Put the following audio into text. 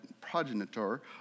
progenitor